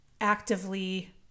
actively